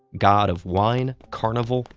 god of wine, carnival,